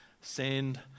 Send